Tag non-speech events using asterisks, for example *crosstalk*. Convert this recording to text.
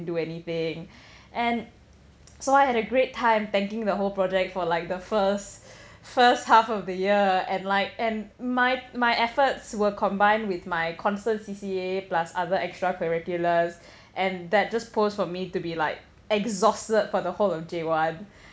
do anything *breath* and so I had a great time tanking the whole project for like the first *breath* first half of the year and like and my my efforts were combined with my constant C_C_A plus other extra curriculars *breath* and that just posed for me to be like exhausted for the whole of J one